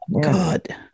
God